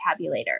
tabulator